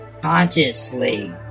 consciously